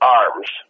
arms